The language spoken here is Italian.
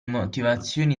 motivazioni